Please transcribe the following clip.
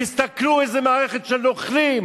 תסתכלו איזו מערכת של נוכלים.